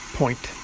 point